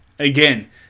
Again